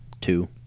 two